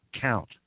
count